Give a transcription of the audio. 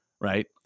Right